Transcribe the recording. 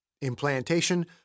Implantation